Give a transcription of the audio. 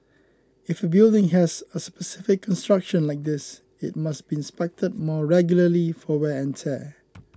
if a building has a specific construction like this it must be inspected more regularly for wear and tear